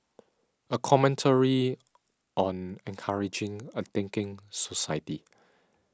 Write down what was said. a commentary on encouraging a thinking society